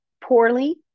poorly